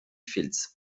fields